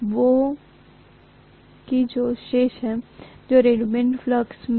यहां तक कि जब करंट 0 होता है तब भी मेरे पास कुछ मात्रा में चुंबकीय प्रवाह बचा रहेगा जो कि शेष है